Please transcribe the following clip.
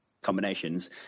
combinations